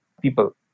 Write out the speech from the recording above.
people